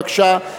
בבקשה.